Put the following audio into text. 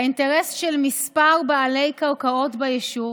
האינטרס של כמה בעלי קרקעות ביישוב